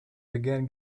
began